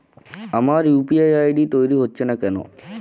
আমার UPI ID তৈরি হচ্ছে না কেনো?